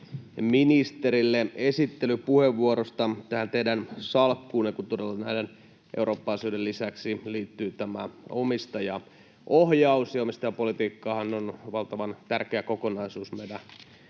ministerille esittelypuheenvuorosta. Tähän teidän salkkuunne todella näiden Eurooppa-asioiden lisäksi liittyy tämä omistajaohjaus. Omistajapolitiikkahan on meidän